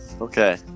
okay